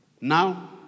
now